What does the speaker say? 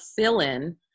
fill-in